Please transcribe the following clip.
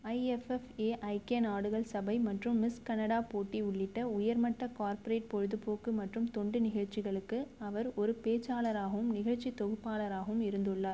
IIFA ஐக்கிய நாடுகள் சபை மற்றும் மிஸ் கனடா போட்டி உள்ளிட்ட உயர்மட்ட கார்ப்பரேட் பொழுதுபோக்கு மற்றும் தொண்டு நிகழ்ச்சிகளுக்கு அவர் ஒரு பேச்சாளராகவும் நிகழ்ச்சி தொகுப்பாளராகவும் இருந்துள்ளார்